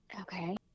okay